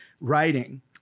writing